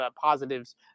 positives